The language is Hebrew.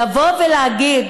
לבוא ולהגיד